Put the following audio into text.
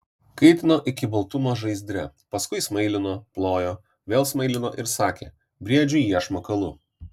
kaitino iki baltumo žaizdre paskui smailino plojo vėl smailino ir sakė briedžiui iešmą kalu